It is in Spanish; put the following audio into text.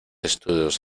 estudios